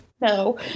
No